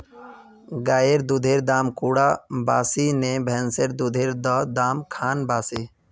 गायेर दुधेर दाम कुंडा बासी ने भैंसेर दुधेर र दाम खान बासी?